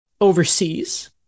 overseas